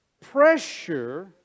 pressure